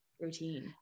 routine